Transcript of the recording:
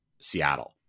Seattle